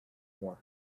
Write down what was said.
war